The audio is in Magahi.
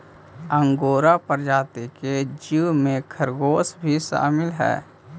अंगोरा प्रजाति के जीव में खरगोश भी शामिल हई